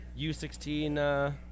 U16